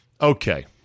okay